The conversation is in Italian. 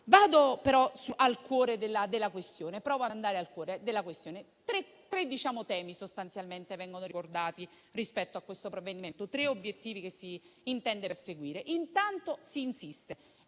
ovviamente resta dentro di me. Provo ad andare al cuore della questione. Tre temi sostanzialmente vengono ricordati rispetto a questo provvedimento, tre obiettivi che si intende perseguire. Si insiste